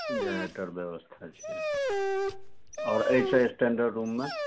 generator व्यवस्था छै आओर एहिसँ स्टैंडर्ड रूममे